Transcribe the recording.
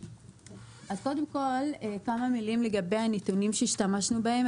קודם כל, כמה מילים לגבי הנתונים שהשתמשנו בהם.